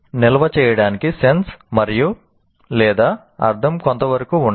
నిల్వ జరగడానికి సెన్స్ మరియు లేదా అర్ధం కొంతవరకు ఉండాలి